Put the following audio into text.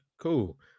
Cool